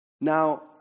Now